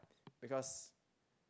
because